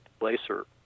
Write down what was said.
laser